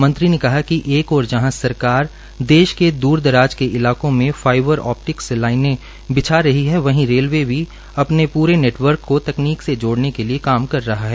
मंत्री ने कहा कि एक ओर जहां सरकार देश के द्र दराज के इलाकों में फाईबर ओपटिक्स लाइने बिछा रही है वहीं रेलवे भी अपने पूरे नेटवर्क को तकनीक से जोड़ने के लिए काम कर रहा है